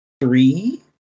three